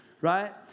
right